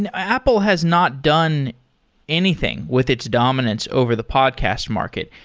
and apple has not done anything with its dominance over the podcast market.